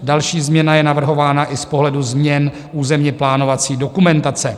Další změna je navrhována i z pohledu změn územněplánovací dokumentace.